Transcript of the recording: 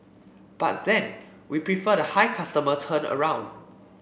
but then we prefer the high customer turnaround